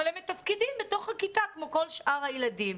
אבל הם מתפקדים בתוך הכיתה כמו כל שאר הילדים.